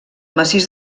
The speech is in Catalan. massís